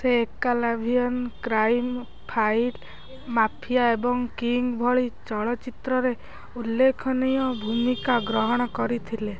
ସେ ଏକାଲାଭିଆନ୍ crime fight mafia ଏବଂ କିଙ୍ଗ୍ ଭଳି ଚଳଚ୍ଚିତ୍ରରେ ଉଲ୍ଲେଖନୀୟ ଭୂମିକା ଗ୍ରହଣ କରିଥିଲେ